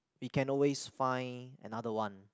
we can always find another one